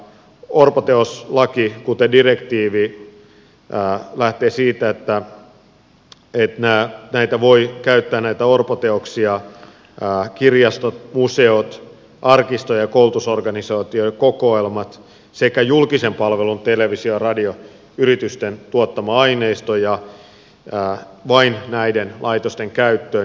orpoteoslaki kuten direktiivi lähtee siitä että näitä orpoteoksia voivat käyttää kirjastot museot arkisto ja koulutusorganisaatioiden kokoelmat sekä julkisen palvelun televisio ja radioyritysten tuottamat aineistot ja vain näiden laitosten käyttöön